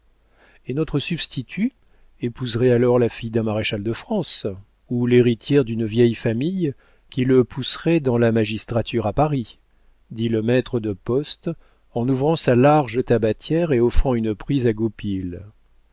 et notre substitut épouserait alors la fille d'un maréchal de france ou l'héritière d'une vieille famille qui le pousserait dans la magistrature à paris dit le maître de poste en ouvrant sa large tabatière et offrant une prise à goupil